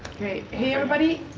hi everybody.